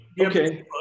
okay